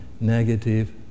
negative